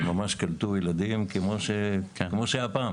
הם ממש קלטו ילדים כמו שהיה פעם.